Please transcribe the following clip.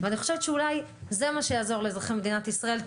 ובממוצע 4%-2% בילדים ובני נוער.